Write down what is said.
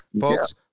Folks